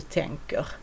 tänker